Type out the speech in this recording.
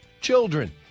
Children